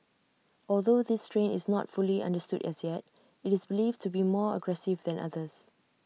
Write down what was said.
although this strain is not fully understood as yet IT is believed to be more aggressive than others